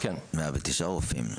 109 רופאים,